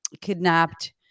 kidnapped